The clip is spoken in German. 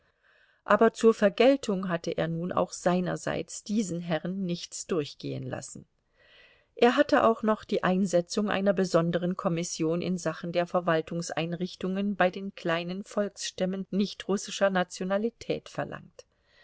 aber zur vergeltung hatte er nun auch seinerseits diesen herren nichts durchgehen lassen er hatte auch noch die einsetzung einer besonderen kommission in sachen der verwaltungseinrichtungen bei den kleinen volksstämmen nichtrussischer nationalität verlangt